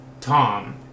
Tom